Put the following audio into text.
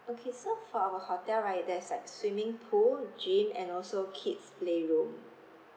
okay so for our hotel right there's like swimming pool gym and also kid's play room